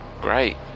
great